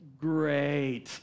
Great